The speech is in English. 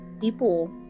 People